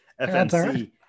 fnc